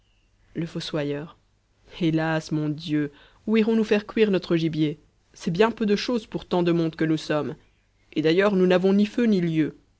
le fossoyeur hélas mon dieu où irons-nous faire cuire notre gibier c'est bien peu de chose pour tant de monde que nous sommes et d'ailleurs nous n'avons ni feu ni lieu